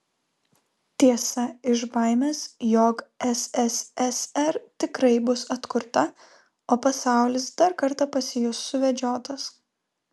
tiesa iš baimės jog sssr tikrai bus atkurta o pasaulis dar kartą pasijus suvedžiotas